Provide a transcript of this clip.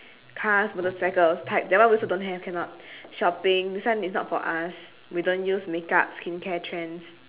cars motorcycles types that one we also don't have cannot shopping this one is not for us we don't use makeup skincare trends